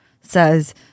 says